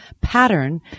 pattern